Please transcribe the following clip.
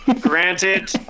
granted